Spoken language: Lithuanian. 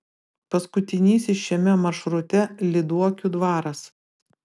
paskutinysis šiame maršrute lyduokių dvaras